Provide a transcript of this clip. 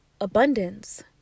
abundance